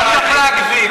לא צריך להגזים.